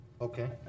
Okay